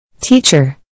Teacher